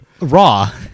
raw